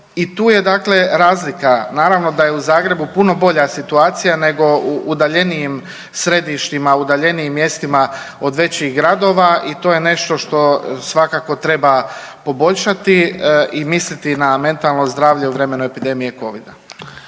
i tu je dakle razlika. Naravno da je u Zagrebu puno bolja situacija nego u udaljenijim središtima, udaljenijim mjestima od većih gradova i to je nešto što svakako treba poboljšati i misliti na mentalno zdravlje u vremenu epidemije Covid-a.